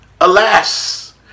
Alas